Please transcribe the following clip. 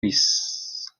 puissent